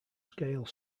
scale